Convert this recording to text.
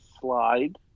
slide